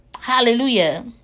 Hallelujah